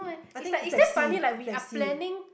I think flexi flexi